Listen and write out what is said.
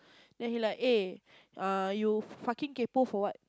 then he like eh err you fucking kaypoh for what